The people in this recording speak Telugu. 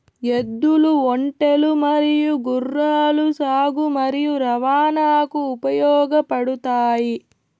ఎద్దులు, ఒంటెలు మరియు గుర్రాలు సాగు మరియు రవాణాకు ఉపయోగపడుతాయి